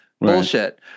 Bullshit